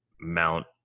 Mount